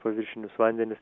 paviršinius vandenis